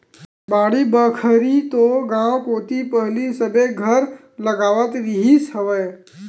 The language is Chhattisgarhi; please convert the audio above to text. बाड़ी बखरी तो गाँव कोती पहिली सबे घर लगावत रिहिस हवय